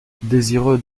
désireux